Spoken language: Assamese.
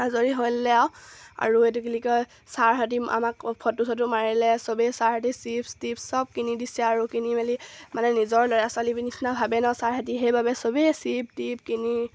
আজৰি হৈ ল'লে আৰু আৰু এইটো কি কয় ছাৰহঁতে আমাক ফটো চটো মাৰিলে সবেই ছাৰহঁতে চিপচ টিপছ সব কিনি দিছে আৰু কিনি মেলি মানে নিজৰ ল'ৰা ছোৱালী নিচিনা ভাবে নহ্ ছাৰহঁতে সেইবাবে চবেই চিপছ টিপছ কিনি